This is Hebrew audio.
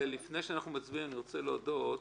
לפני שאנחנו מצביעים אני רוצה להודות